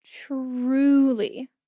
truly